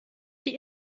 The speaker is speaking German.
die